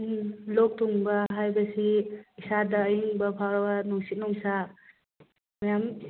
ꯎꯝ ꯂꯣꯛ ꯊꯨꯡꯕ ꯍꯥꯏꯕꯁꯤ ꯏꯁꯥꯗ ꯑꯏꯪꯕ ꯐꯥꯎꯔꯕ ꯅꯨꯡꯁꯤꯠ ꯅꯨꯡꯁꯥ ꯃꯌꯥꯝ